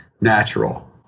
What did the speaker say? natural